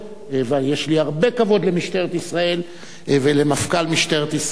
ויש לי הרבה כבוד למשטרת ישראל ולמפכ"ל משטרת ישראל,